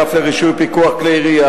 האגף לרישוי ופיקוח כלי ירייה,